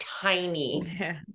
tiny